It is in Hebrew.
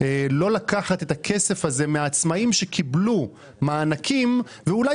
לא לקחת את הכסף הזה מעצמאים שקיבלו מענקים ואולי